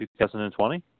2020